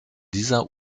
dieser